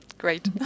Great